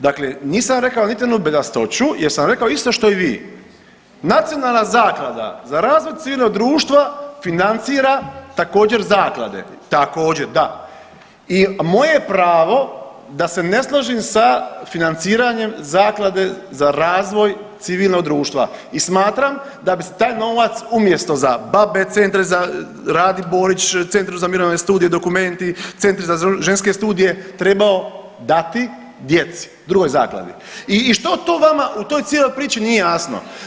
Dakle nisam rekao niti jednu bedastoću jer sam rekao isto što i vi, Nacionalna zaklada za razvoj civilnog društva financira također zaklade, također da i moje je pravo da se ne složim sa financiranjem Zaklade za razvoj civilnog društva i smatram da bi se taj novac umjesto za B.a.B.e., centre za Radi Borić, centru za mirovne studije, dokumenti, centri za ženske studije trebao dati djeci, drugoj zakladi i što to vama u toj cijeloj priči nije jasno?